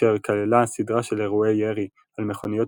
אשר כללה סדרה של אירועי ירי על מכוניות